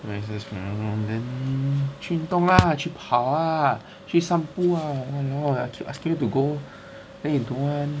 never exercise for very long then 去运动啊去跑啊去散步啊 !walao! I keep asking you to go then you don't want